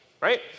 right